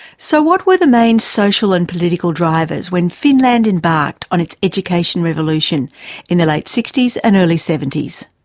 so what were the main social and political drivers when finland embarked on its education revolution in the late sixties and early seventies?